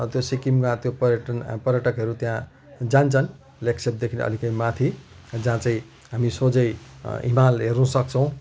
त्यो सिक्किममा त्यो पर्यटन पर्यटकहरू त्यहाँ जान्छन् लेकसेपदेखि अलिकति माथि जहाँ चाहिँ हामी सोझै हिमाल हेर्नु सक्छौँ